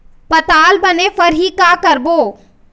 पताल बने फरही का करबो?